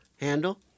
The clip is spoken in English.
handle